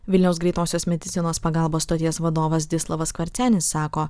vilniaus greitosios medicinos pagalbos stoties vadovas zdislavas skvarcenis sako